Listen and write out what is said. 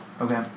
Okay